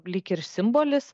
lyg ir simbolis